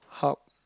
hub